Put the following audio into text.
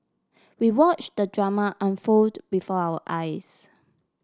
we watch the drama unfold before our eyes